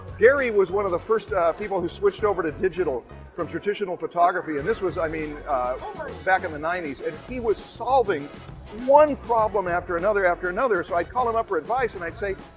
gary was one of the first people who switched over to digital from traditional photography. and this was, i mean back in the ninety s. and he was solving one problem after another after another, so i'd call him up for advice. and i'd say,